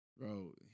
bro